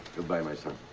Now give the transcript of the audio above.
goodbye, my son.